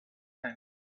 meant